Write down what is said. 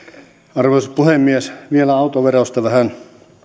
arvoisa puhemies vielä autoverosta vähän